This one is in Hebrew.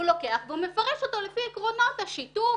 הוא לוקח והוא מפרש אותו לפי העקרונות השיתוף